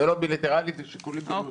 זה לא בילטרלי,